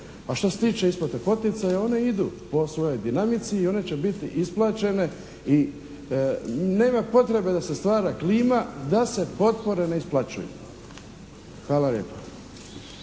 A što se tiče isplate poticaja one idu po svojoj dinamici i one će biti isplaćene i nema potrebe da se stvara klima da se potpore ne isplaćuju. Hvala lijepo.